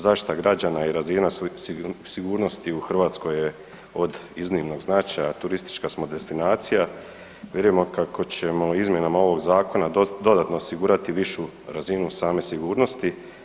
Zaštita građana i razina sigurnosti u Hrvatskoj je od iznimnog značaja, turistička smo destinacija, vjerujemo kako ćemo izmjenama ovog zakona dodatno osigurati višu razinu same sigurnosti.